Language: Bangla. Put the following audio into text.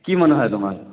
কী মনে হয় তোমার